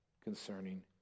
Concerning